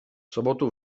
sobotu